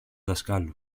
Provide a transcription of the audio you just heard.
δασκάλου